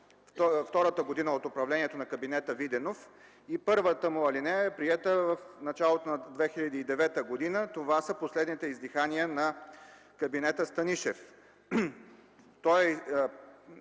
втората година от управлението на кабинета Виденов, а първата му алинея е приета в началото на 2009 г. Това са последните издихания на кабинета Станишев. Всъщност